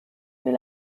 will